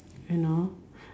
you know